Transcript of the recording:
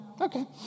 Okay